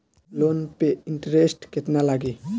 Loan पे interest केतना लागी?